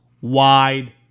wide